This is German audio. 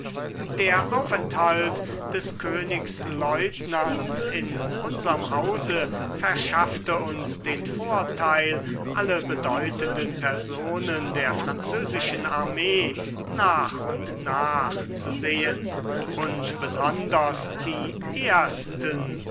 der aufenthalt des königslieutenants in unserm hause verschaffte uns den vorteil alle bedeutenden personen der französischen armee nach und nach zu sehen und besonders die ersten